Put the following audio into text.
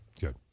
Good